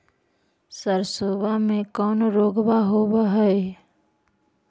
सरसोबा मे कौन रोग्बा होबय है?